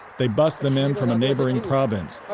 they bused them in from a neighboring province.